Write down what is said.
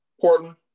Portland